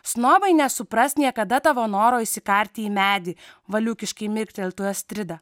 snobai nesupras niekada tavo noro įsikarti į medį valiūkiškai mirkteltų astrida